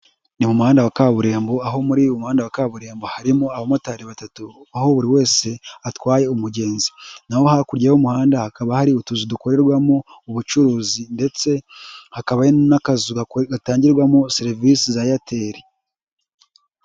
Ni mu muhanda wa kaburimbo, aho muri uyu umuhanda wa kaburimbo harimo abamotari batatu, aho buri wese atwaye umugenzi. Naho hakurya y'umuhanda hakaba hari utuzu dukorerwamo ubucuruzi ndetse hakaba hari n'akazu gatangirwamo serivisi za Airtel.